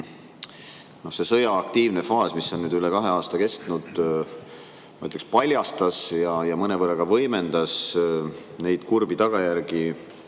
See sõja aktiivne faas, mis on nüüd üle kahe aasta kestnud, ma ütleks, paljastas ja mõnevõrra ka võimendas neid kurbi tagajärgi,